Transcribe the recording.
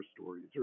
stories